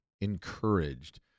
encouraged